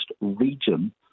region